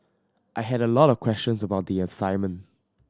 I had a lot of questions about the assignment